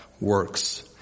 works